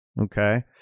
okay